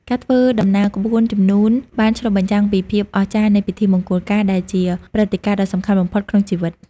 ការធ្វើដំណើរក្បួនជំនូនបានឆ្លុះបញ្ចាំងពីភាពអស្ចារ្យនៃពិធីមង្គលការដែលជាព្រឹត្តិការណ៍ដ៏សំខាន់បំផុតក្នុងជីវិត។